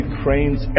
cranes